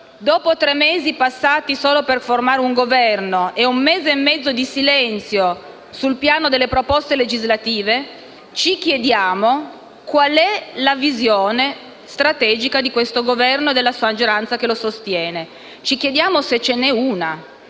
dopo tre mesi passati solo per formare un Governo e un mese e mezzo di silenzio sul piano delle proposte legislative, ci chiediamo quale sia la visione strategica del Governo e della maggioranza che lo sostiene. Ci chiediamo se ce ne sia